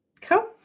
Cool